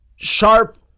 sharp